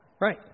Right